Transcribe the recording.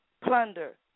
plunder